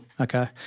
Okay